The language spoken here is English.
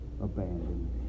Abandoned